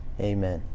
Amen